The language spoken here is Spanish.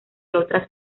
otras